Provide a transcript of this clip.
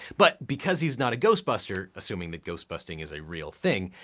but because he's not a ghostbuster, assuming that ghostbusting is a real thing,